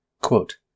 Quote